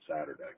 Saturday